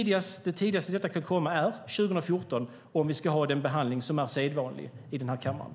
Detta kan komma tidigast 2014, om vi ska ha den behandling som är sedvanlig i den här kammaren.